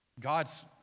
God's